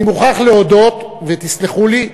אני מוכרח להודות, ותסלחו לי,